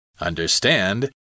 Understand